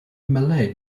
malay